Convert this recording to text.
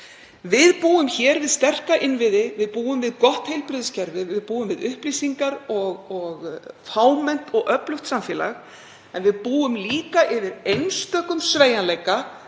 Við búum hér við sterka innviði, við búum við gott heilbrigðiskerfi, við búum við upplýsingar og fámennt og öflugt samfélag. En við búum líka yfir einstökum sveigjanleika,